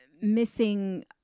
missing